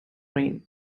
reign